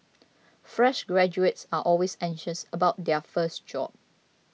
fresh graduates are always anxious about their first job